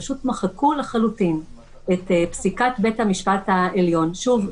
פשוט מחקו לחלוטין את פסיקת בית המשפט העליון שוב,